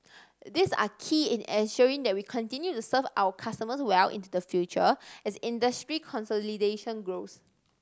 these are key in ensuring that we continue to serve our customers well into the future as industry consolidation grows